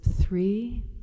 three